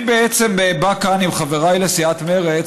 אני בעצם בא כאן עם חברי לסיעת מרצ